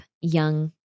young